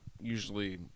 usually